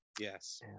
Yes